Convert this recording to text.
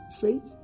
faith